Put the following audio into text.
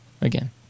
Again